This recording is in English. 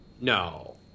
No